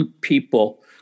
people